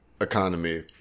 economy